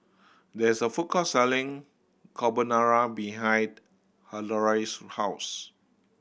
there's a food court selling Carbonara behind Hilario's house